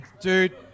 dude